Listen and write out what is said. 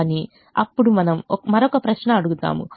కానీ అప్పుడు మనకు మరొక ప్రశ్న అడుగుతాము